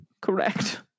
Correct